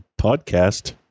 podcast